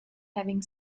having